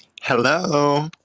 hello